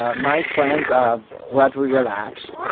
ah my friends are rather relaxed.